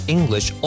English